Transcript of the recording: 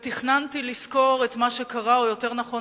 תכננתי לסקור את מה שקרה או יותר נכון